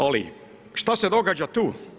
Ali šta se događa tu?